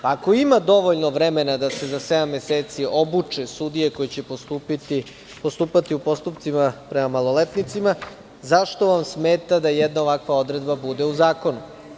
Ako ima dovoljno vremena da se za sedam meseci obuče sudije koje će postupati u postupcima prema maloletnicima, zašto vam smeta da jedna ovakva odredba bude u zakonu?